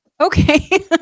Okay